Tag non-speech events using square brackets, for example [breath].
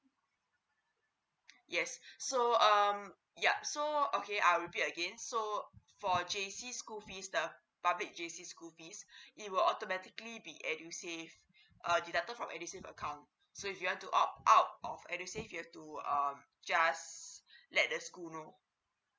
yes [breath] so um yup so okay I repeat again so for J_C school fee the public J_C school fee [breath] it will automatically be adusave uh deduct from edusave account so if you want to out out of edusave you have to um just [breath] let the school know